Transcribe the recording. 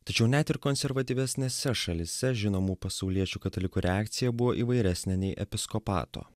tačiau net ir konservatyvesnėse šalyse žinomų pasauliečių katalikų reakcija buvo įvairesnė nei episkopato